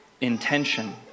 intention